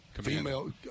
female